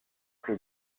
plus